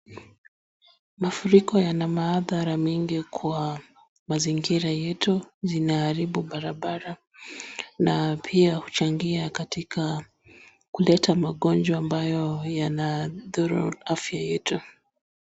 Mafuriko yana maadhara mengi kwenye mazingira yetu. Zinaharibu barabara na pia huchangia katika kuleta magonjwa ambayo yanadhuru afya yetu.